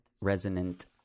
resonant